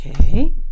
Okay